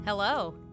Hello